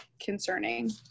concerning